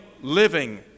living